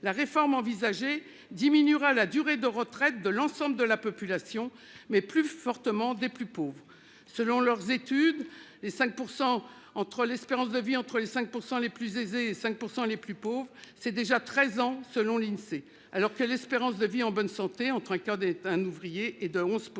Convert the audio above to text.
La réforme envisagée diminuera la durée de retraite de l'ensemble de la population mais plus fortement des plus pauvres. Selon leurs études. Les 5% entre l'espérance de vie entre les 5% les plus aisés 5% les plus pauvres, c'est déjà 13 ans, selon l'Insee. Alors que l'espérance de vie en bonne santé entre Kurdes et un ouvrier et de 11%